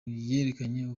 yerekana